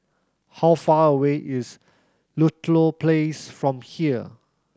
how far away is Ludlow Place from here